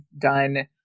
done